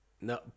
No